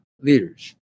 leaders